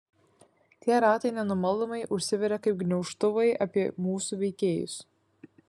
tie ratai nenumaldomai užsiveria kaip gniaužtuvai apie mūsų veikėjus